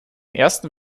ersten